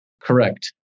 Correct